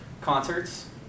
concerts